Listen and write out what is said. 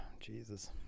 Jesus